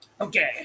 okay